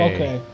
Okay